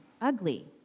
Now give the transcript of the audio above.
ugly